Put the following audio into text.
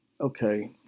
Okay